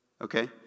Okay